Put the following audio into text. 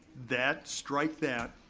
that, strike that.